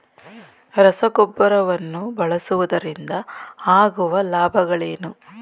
ರಸಗೊಬ್ಬರವನ್ನು ಬಳಸುವುದರಿಂದ ಆಗುವ ಲಾಭಗಳೇನು?